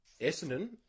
Essendon